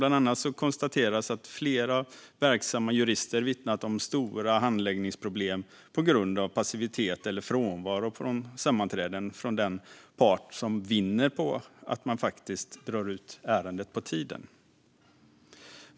Bland annat konstateras att flera verksamma jurister vittnat om stora handläggningsproblem på grund av passivitet eller frånvaro från sammanträden av den part som vinner på att ärendet drar ut på tiden.